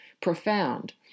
profound